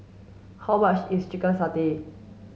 how much is chicken satay